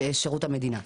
שירות המדינה.